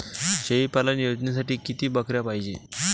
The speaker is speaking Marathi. शेळी पालन योजनेसाठी किती बकऱ्या पायजे?